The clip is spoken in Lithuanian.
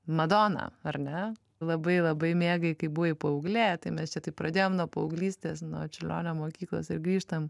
madona ar ne labai labai mėgai kai buvai paauglė tai mes čia taip pradėjom nuo paauglystės nuo čiurlionio mokyklos ir grįžtam